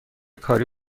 کاری